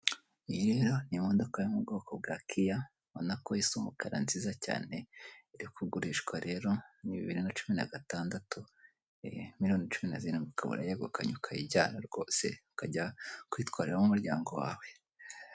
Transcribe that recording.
Iyi rero ni imodoka yo mu bwoko bwa Kia ubona ko isa umukara nziza cyane iri kugurishwa rero ni bibiri na cumi na gatandatu. Miliyoni cumi na zirindwi ukaba urayegukanye ukayijyana rwose ukajya kuyitwariramo umuryango wawe.